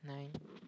nine